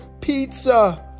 pizza